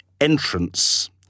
entrance